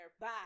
Bye